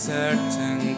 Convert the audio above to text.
certain